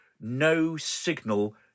no-signal